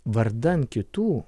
vardan kitų